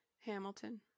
Hamilton